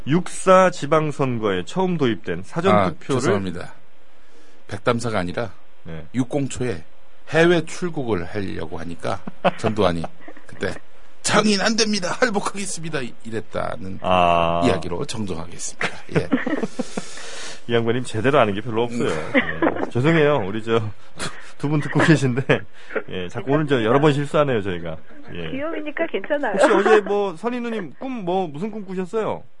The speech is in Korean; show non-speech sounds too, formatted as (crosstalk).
6.4 지방선거에 처음 도입된 사전 아, 투표를- 죄송합니다. 백담사가 아니라 네. 6공 초에 해외 출국을 하려고 하니까 전두환이 그때 장인 안 됩니다. 할복하겠습니다. 이랬다는 아. 이야기로 정정하겠습니다. 예. (laughs) 이 양반님 제대로 아는 게 별로 없어요. 예. 죄송해요. 우리 저 두- 두 분 듣고 계신데 예, 자꾸 괜찮아요. 오늘 저 여러 번 실수하네요, 저희가. 예. 귀여우니까 괜찮아요. 혹시 어제 뭐 선희 누님 꿈 뭐, 무슨 꿈 꾸셨어요?